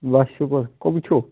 بَس شُکُر کٕم چھِو